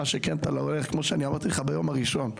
כמו שאמרתי לך ביום הראשון,